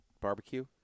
Barbecue